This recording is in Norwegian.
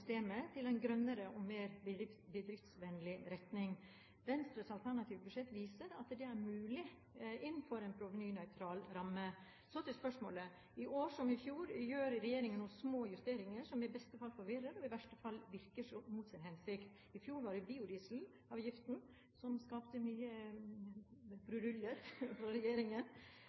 systemet i en grønnere og mer bedriftsvennlig retning. Venstres alternative budsjett viser at det er mulig innenfor en provenynøytral ramme. Så til spørsmålet: I år, som i fjor, gjør regjeringen noen små justeringer som i beste fall forvirrer og i verste fall virker mot sin hensikt. I fjor var det biodieselavgiften som skapte mye bruduljer for regjeringen.